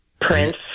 Prince